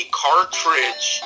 cartridge